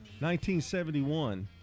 1971